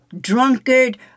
drunkard